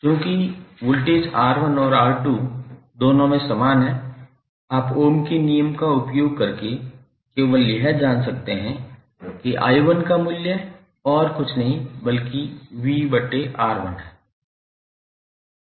चूंकि voltage R1 और R2 दोनों में समान है आप ओम के नियम का उपयोग करके केवल यह जान सकते हैं कि i1 का मूल्य और कुछ नहीं बल्कि 𝑣𝑅1 है